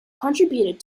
contributed